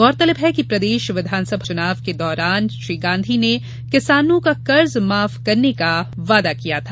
गौरतलब है कि प्रदेश विधानसभा चुनाव के दौरान श्री गांधी ने किसानों का कर्ज माफ करने का वादा किया था